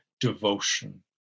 devotion